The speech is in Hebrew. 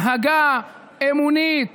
הנהגה אמונית,